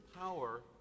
power